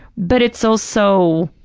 but it's also,